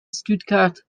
stuttgart